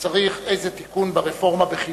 שצריך איזה תיקון, ברפורמה בחינוך.